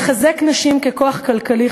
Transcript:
לחזק נשים ככוח כלכלי,